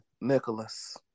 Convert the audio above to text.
Nicholas